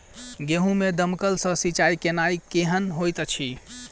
गेंहूँ मे दमकल सँ सिंचाई केनाइ केहन होइत अछि?